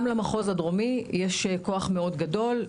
גם למחוז הדרומי יש כוח מאוד גדול,